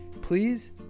please